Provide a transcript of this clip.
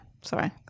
sorry